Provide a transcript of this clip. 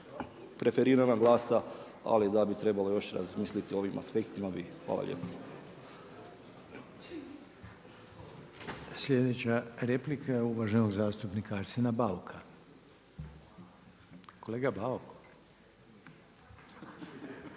preferirana glasa ali da bi trebalo još razmisliti o ovim aspektima bi. Hvala lijepo. **Reiner, Željko (HDZ)** Sljedeća replika je uvaženog zastupnika Arsena Bauka. Kolega Bauk?